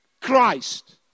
Christ